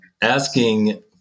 Asking